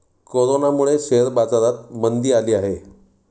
कोरोनामुळे शेअर बाजारात मंदी आली आहे